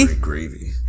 gravy